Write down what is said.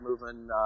moving